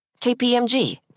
KPMG